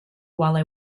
while